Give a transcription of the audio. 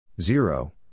zero